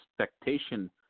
expectation